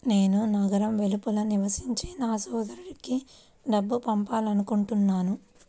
నేను నగరం వెలుపల నివసించే నా సోదరుడికి డబ్బు పంపాలనుకుంటున్నాను